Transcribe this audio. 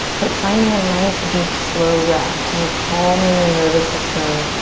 but finding a nice deep slow breath, kind of calming the nervous system,